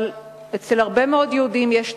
אבל אצל הרבה מאוד יהודים יש תחושה,